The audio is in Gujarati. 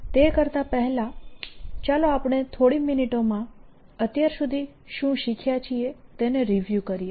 તે કરતા પહેલાં ચાલો આપણે થોડી મિનિટોમાં અત્યાર સુધી શું શીખ્યા છીએ તેને રિવ્યૂ કરીએ